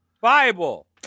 Bible